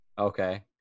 Okay